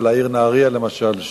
אבל העיר נהרייה למשל,